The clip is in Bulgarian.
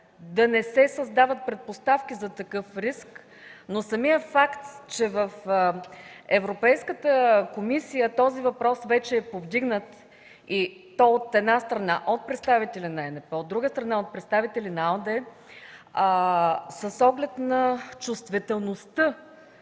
да не се създават предпоставки за такъв риск. Фактът обаче, че в Европейската комисия този въпрос вече е повдигнат, от една страна, от представители на ЕНП, от друга страна – от представители на АЛДЕ, с оглед на чувствителността